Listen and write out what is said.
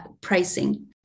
pricing